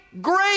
great